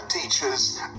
Teachers